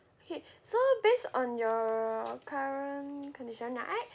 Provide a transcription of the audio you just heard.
okay so based on your current condition right